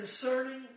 concerning